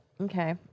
Okay